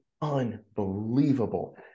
unbelievable